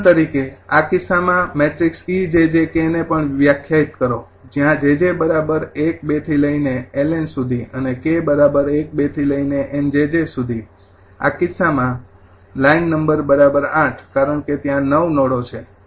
ઉદાહરણ તરીકે આ કિસ્સામાં મેટ્રિક્સ e𝑗𝑗 𝑘 ને પણ વ્યાખ્યાયિત કરો ત્યાં jj ૧૨LN અને 𝑘 ૧૨ 𝑁 𝑗𝑗 આ કિસ્સામાં 𝐿𝑁 ૮ કારણ કે ત્યાં ૯ નોડો છે